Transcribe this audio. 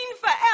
forever